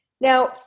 Now